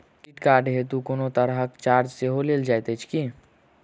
Credit card हेतु कोनो तरहक चार्ज सेहो लेल जाइत अछि की?